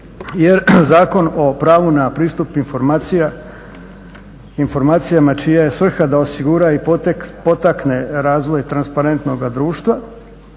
Jer Zakon o pravu na pristup informacijama čija je svrha da osigura i potakne razvoj transparentnoga društva,